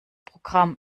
programm